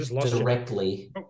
directly